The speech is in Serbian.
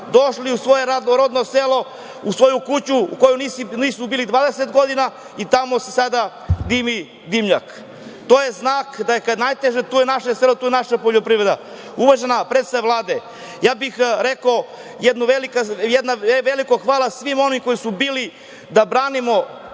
gradova, u svoje rodno selo, u svoju kuću u kojoj nisu bili 20 godina i tamo se sada dimi dimnjak. To je znak da kada je najteže tu je naše selo, naša poljoprivreda. Uvažena predsednice Vlade, rekao bih jedno veliko hvala svima koji su bili tu da branimo